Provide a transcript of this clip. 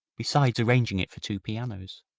besides arranging it for two pianos.